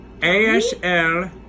ASL